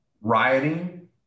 rioting